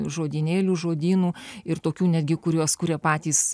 žodynėlių žodynų ir tokių netgi kuriuos kurie patys